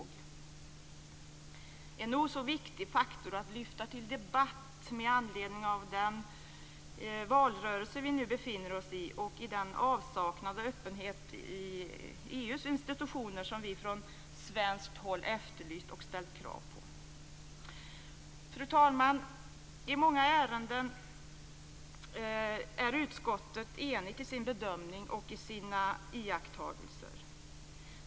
Det är en nog så viktig faktor att lyfta till debatt, med anledning av den valrörelse som vi nu befinner oss i och den avsaknad av öppenhet i EU:s institutioner som vi från svenskt håll efterlyst och ställt krav på. Fru talman! I många ärenden är utskottet enigt i sin bedömning och i sina iakttagelser.